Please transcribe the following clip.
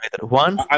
One